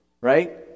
Right